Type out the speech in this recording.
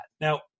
Now